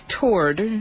toured